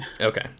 Okay